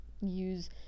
Use